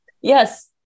yes